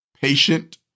patient